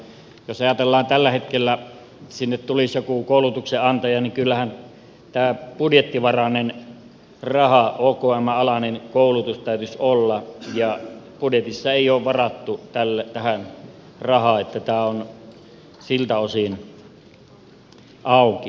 jos ajatellaan tällä hetkellä että sinne tulisi joku koulutuksen antaja niin kyllähän tämä budjettivarainen raha okmn alainen koulutus täytyisi olla mutta budjetissa ei ole varattu tähän rahaa niin että tämä on siltä osin auki